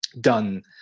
done